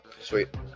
Sweet